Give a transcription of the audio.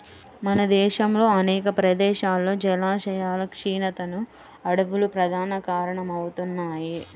మన దేశంలో అనేక ప్రదేశాల్లో జలాశయాల క్షీణతకు అడవులు ప్రధాన కారణమవుతున్నాయి